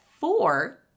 Four